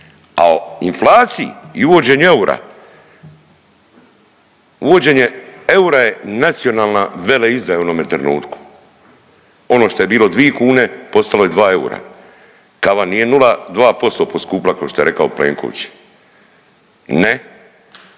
A o inflaciji i uvođenje eura, uvođenje eura je nacionalna u onome trenutku, ono što je bilo dvi kune postalo je dva eura. Kava nije 0,2% poskupila kao što je rekao Plenković, ne.